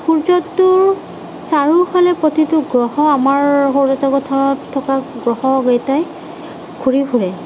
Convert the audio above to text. সূৰ্যটোৰ চাৰিওফালে প্ৰতিটো গ্ৰহ আমাৰ সৌৰজগতত থকা গ্ৰহকেইটাই ঘূৰি ফুৰে